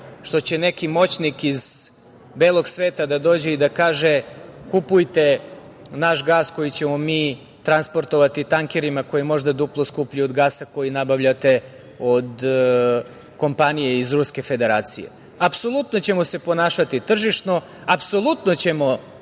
što će neki moćnik iz belog sveta da dođe i da kaže - kupujte naš gas koji ćemo mi transportovati tankerima, koji je možda duplo skuplji od gasa koji nabavljate od kompanije iz Ruske Federacije. Apsolutno ćemo se ponašati tržišno, apsolutno ćemo